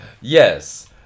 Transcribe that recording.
Yes